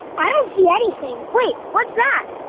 i don't see anything. wait. what's that?